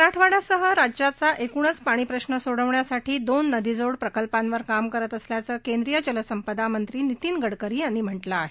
मराठवाङ्यासह राज्याचा एकूणच पाणी प्रश्न सोडवण्यासाठी दोन नदीजोड प्रकल्पांवर काम करत असल्याचं केंद्रीय जलसंपदा मंत्री नितीन गडकरी यांनी म्हटलं आहे